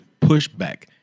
pushback